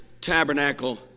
tabernacle